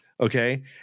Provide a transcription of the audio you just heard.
Okay